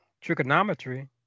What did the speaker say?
trigonometry